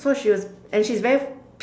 so she was and she's very